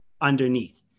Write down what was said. underneath